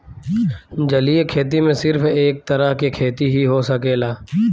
जलीय खेती में सिर्फ एक तरह के खेती ही हो सकेला